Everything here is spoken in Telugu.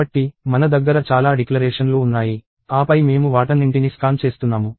కాబట్టి మన దగ్గర చాలా డిక్లరేషన్లు ఉన్నాయి ఆపై మేము వాటన్నింటిని స్కాన్ చేస్తున్నాము